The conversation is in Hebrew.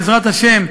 בעזרת השם,